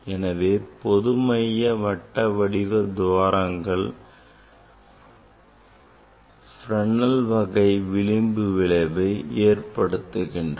எனவே பொதுவாக வட்டவடிவ துவாரங்கள் Fresnel வகை விளிம்பு விளைவை ஏற்படுத்துகின்றன